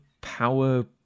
Power